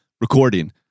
recording